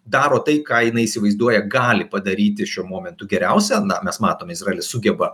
daro tai ką jinai įsivaizduoja gali padaryti šiuo momentu geriausia na mes matom izraelis sugeba